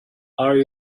are